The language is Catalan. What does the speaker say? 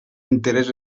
interès